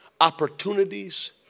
opportunities